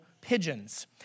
pigeons